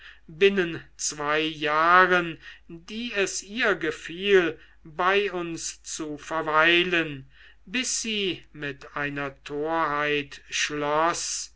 binnen zwei jahren die es ihr gefiel bei uns zu verweilen bis sie mit einer torheit schloß